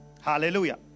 Hallelujah